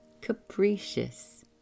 capricious